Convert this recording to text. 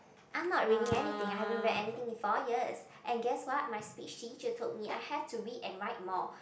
I'm not reading anything I haven't read anything in four years and guess what my speech teacher told me I have to read and write more